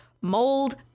mold